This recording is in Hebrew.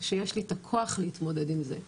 שיש לי את הכוח להתמודד עם זה,